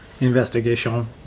Investigation